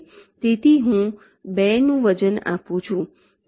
તેથી હું 2 નું વજન આપું છું